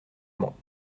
mans